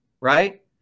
right